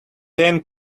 ten